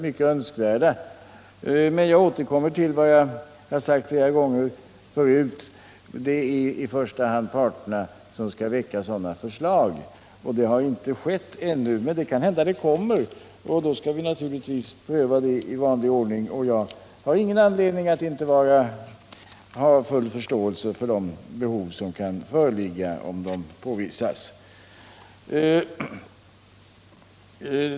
Men jag återkommer till vad jag sagt flera gånger förut: Det är i första hand parterna som skall väcka sådana förslag, och det har inte skett ännu. Förslagen kanske kommer, och då skall vi naturligtvis pröva dem i vanlig ordning. Jag har givetvis full förståelse för de behov som kan visas föreligga.